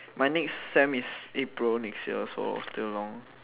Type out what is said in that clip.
my next sem is April next year so still long